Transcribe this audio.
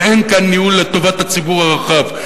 ואין כאן ניהול לטובת הציבור הרחב,